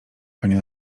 panie